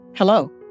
Hello